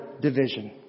division